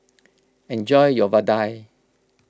enjoy your Vadai